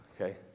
Okay